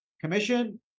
Commission